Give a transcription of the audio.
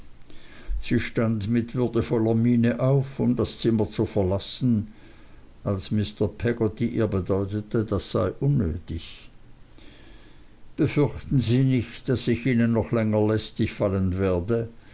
sie stand mit würdevoller miene auf um das zimmer zu verlassen als mr peggotty ihr bedeutete das sei unnötig befürchten sie nicht daß ich ihnen noch länger lästig fallen werde